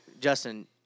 Justin